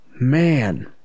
Man